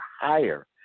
higher